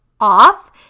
off